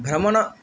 भ्रमण